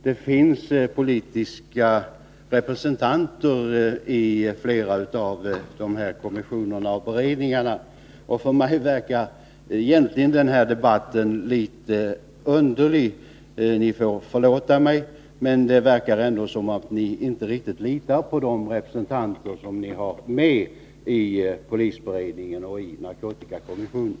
Det finns partirepresentanter i dessa kommissioner och beredningar. På mig verkar egentligen den här debatten litet underlig. Ni får förlåta mig, men det verkar som om ni inte riktigt litar på de representanter som ni har med i polisberedningen och i narkotikakommissionen.